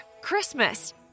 Christmas